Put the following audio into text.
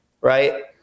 right